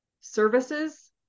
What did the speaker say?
services